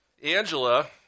Angela